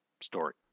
story